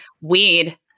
Weed